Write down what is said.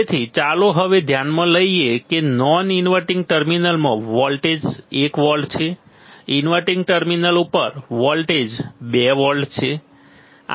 તેથી ચાલો હવે ધ્યાનમાં લઈએ કે નોન ઇન્વર્ટીંગ ટર્મિનલમાં વોલ્ટેજ 1 વોલ્ટ છે ઇન્વર્ટીંગ ટર્મિનલ ઉપર વોલ્ટેજ 2 વોલ્ટ છે